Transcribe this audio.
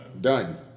done